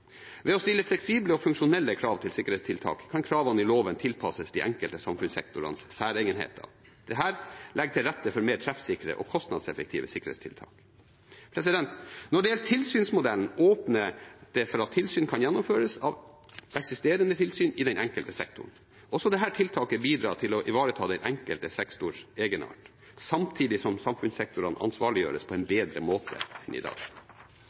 Ved å stille fleksible og funksjonelle krav til sikkerhetstiltak kan kravene i loven tilpasses de enkelte samfunnssektorenes særegenheter. Dette legger til rette for mer treffsikre og kostnadseffektive sikkerhetstiltak. Når det gjelder tilsynsmodellen, åpnes det for at tilsyn kan gjennomføres av eksisterende tilsyn i den enkelte sektor. Også dette tiltaket bidrar til å ivareta den enkelte sektors egenart, samtidig som samfunnssektorene ansvarliggjøres på en bedre måte enn i dag.